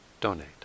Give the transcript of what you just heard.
donate